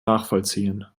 nachvollziehen